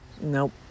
Nope